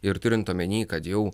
ir turint omeny kad jau